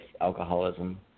alcoholism